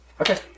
Okay